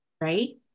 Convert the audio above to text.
Right